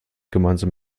gemeinsam